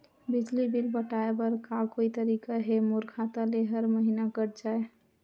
बिजली बिल पटाय बर का कोई तरीका हे मोर खाता ले हर महीना कट जाय?